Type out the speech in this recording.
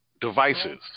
devices